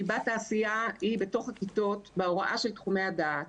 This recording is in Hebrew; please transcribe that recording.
ליבת העשייה היא בתוך הכיתות בהוראה של תחומי הדעת,